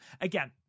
again